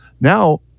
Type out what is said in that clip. Now